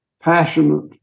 Passionate